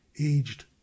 aged